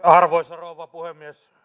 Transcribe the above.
arvoisa rouva puhemies